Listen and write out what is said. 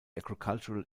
agricultural